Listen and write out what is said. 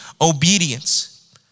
obedience